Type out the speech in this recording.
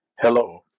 Hello